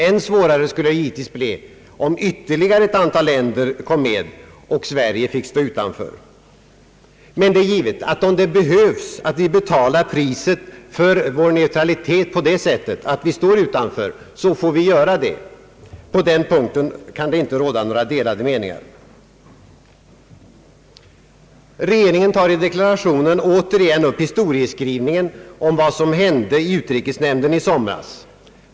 Än svårare skulle det givetvis bli om ytterligare ett antal länder kom med och vi fick stå utanför. Men om vi måste betala priset för vår neutralitet på det sättet att vi står utanför, så får vi göra detta — på den punkten kan det inte råda några delade meningar. Regeringen tar i deklarationen återigen upp historieskrivningen om vad som hände i utrikesnämnden i somras.